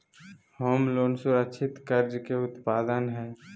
home loan सुरक्षित कर्ज के उदाहरण हय